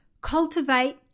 cultivate